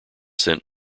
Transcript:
sent